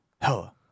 hella